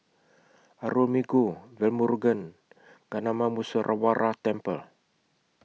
Arulmigu Velmurugan Gnanamuneeswarar Temple